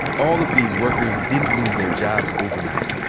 all of these workers didn't lose their jobs overnight.